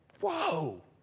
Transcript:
whoa